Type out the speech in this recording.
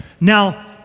Now